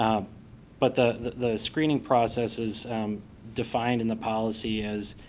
um but the the screening process is defined in the policy as